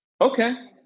okay